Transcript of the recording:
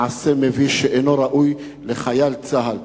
מעשה מביש שאינו ראוי לחייל צה"ל.